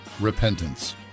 Repentance